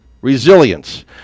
Resilience